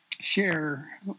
share